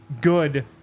good